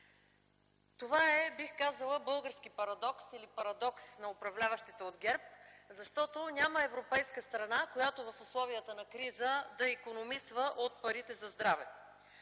Това е, бих казала, български парадокс или парадокс на управляващите от ГЕРБ, защото няма европейска страна, която в условията на криза да икономисва от парите за здраве.